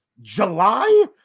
july